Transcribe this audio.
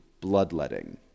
bloodletting